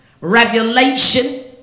revelation